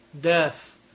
death